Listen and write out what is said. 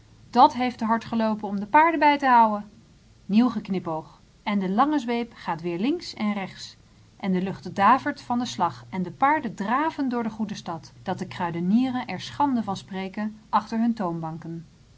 dat heeft te hard geloopen om de paarden bij te houen nieuw geknipoog en de lange zweep gaat weer links en rechts en de lucht davert van den slag en de paarden draven door de goede stad dat de kruideniers er schande van spreken achter hunne toonbanken